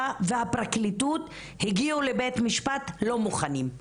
והפרקליטות הגיעו לבית משפט לא מוכנים.